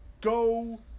go